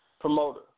promoter